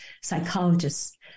psychologists